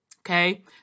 Okay